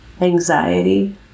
anxiety